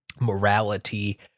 morality